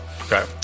Okay